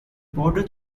border